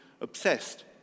obsessed